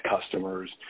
customers